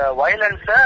violence